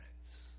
friends